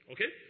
Okay